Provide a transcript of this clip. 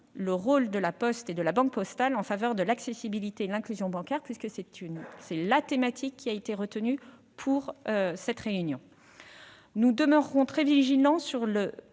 du rôle de La Poste et de la Banque postale en faveur de l'accessibilité et de l'inclusion bancaires, puisqu'il s'agit de la thématique qui a été retenue pour cette réunion. Nous demeurerons très vigilants sur ce